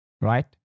right